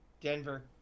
Denver